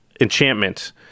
Enchantment